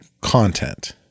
content